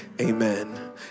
amen